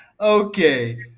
Okay